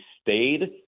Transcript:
stayed